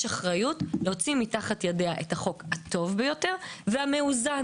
אחריות להוציא תחת ידיה את החוק הטוב ביותר והמאוזן.